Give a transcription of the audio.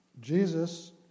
Jesus